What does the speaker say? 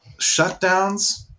shutdowns